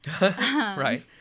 right